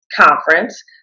Conference